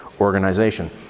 organization